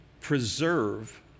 preserve